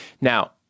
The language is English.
Now